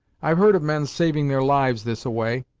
i've heard of men's saving their lives this-a-way,